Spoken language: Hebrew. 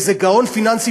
איזה גאון פיננסי,